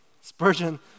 Spurgeon